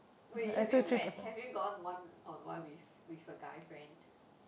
wait you have you met having gone one on one with with a guy friend